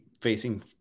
facing